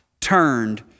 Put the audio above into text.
turned